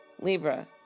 Libra